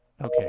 Okay